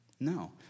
No